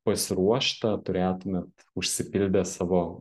pasiruošta turėtumėt užsipildę savo